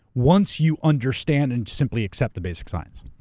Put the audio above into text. once you understand and simply accept the basic science.